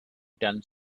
done